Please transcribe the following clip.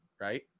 right